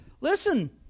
listen